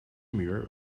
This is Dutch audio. muur